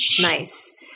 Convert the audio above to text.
Nice